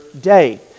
day